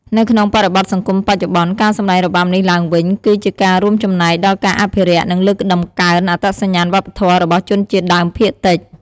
នៅក្នុងបរិបទសង្គមបច្ចុប្បន្ន ការសម្តែងរបាំនេះឡើងវិញ គឺជាការរួមចំណែកដល់ការអភិរក្ស និងលើកតម្កើងអត្តសញ្ញាណវប្បធម៌របស់ជនជាតិដើមភាគតិច។